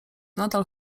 nadal